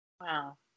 Wow